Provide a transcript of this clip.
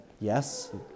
yes